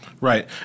Right